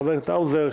חבר הכנסת האוזר,